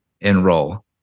enroll